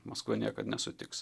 maskva niekad nesutiks